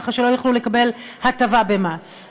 ככה שלא יוכלו לקבל הטבה במס.